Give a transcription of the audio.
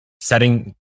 setting